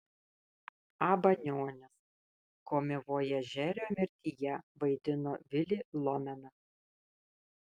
a banionis komivojažerio mirtyje vaidino vilį lomeną